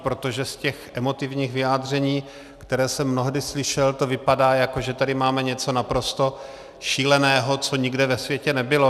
Protože z těch emotivních vyjádření, která jsem mnohdy slyšel, to vypadá, jako že tady máme něco naprosto šíleného, co nikde ve světě nebylo.